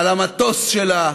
על המטוס שלה,